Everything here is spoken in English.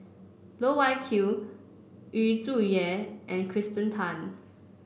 Loh Wai Kiew Yu Zhuye and Kirsten Tan